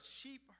sheep